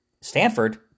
Stanford